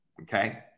okay